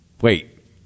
Wait